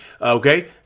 Okay